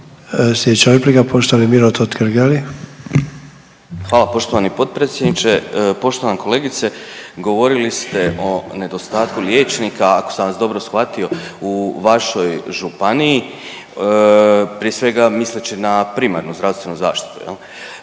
**Totgergeli, Miro (HDZ)** Hvala poštovani potpredsjedniče. Poštovana kolegice, govorili ste o nedostatku liječnika, ako sam vas dobro shvatio u vašoj županiji prije svega misleći na primarnu zdravstvenu zaštitu